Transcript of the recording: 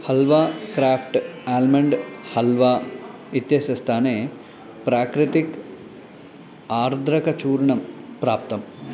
halwa Kraft almond halwa इत्यस्य स्थाने प्राकृतिकम् आर्द्रकचूर्णं प्राप्तम्